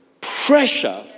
pressure